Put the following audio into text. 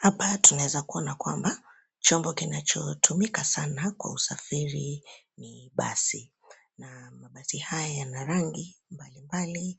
Hapa tunaweza kuona kwamba, chombo kinachotumika sana kwa usafiri ni basi. Na mabasi haya yana rangi mbalimbali.